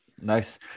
Nice